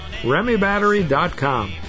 RemyBattery.com